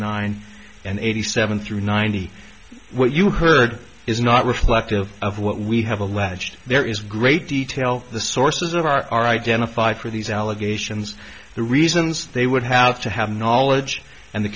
nine and eighty seven through ninety what you heard is not reflective of what we have alleged there is great detail the sources that are identified for these allegations the reasons they would have to have knowledge and the